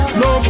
no